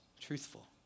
truthful